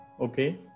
okay